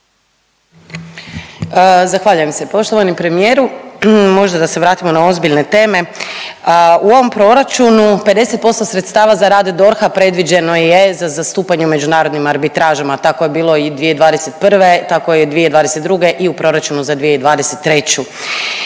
Zahvaljujem se. Poštovani premijeru. Možda da se vratimo na ozbiljne teme. U ovom proračunu 50% sredstava za rad DORH-a predviđeno je za zastupanje međunarodnim arbitražama, tako je bilo i 2021., tako je i 2022. i u proračunu za 2023.,